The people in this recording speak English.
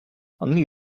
only